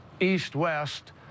East-West